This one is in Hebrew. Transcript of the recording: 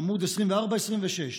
עמ' 24 26: